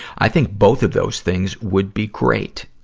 i think both of those things would be great,